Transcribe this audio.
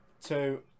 two